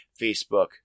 Facebook